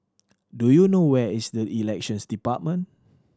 do you know where is Elections Department